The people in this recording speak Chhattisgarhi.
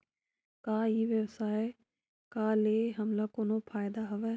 का ई व्यवसाय का ले हमला कोनो फ़ायदा हवय?